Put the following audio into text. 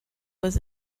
was